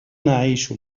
نعيش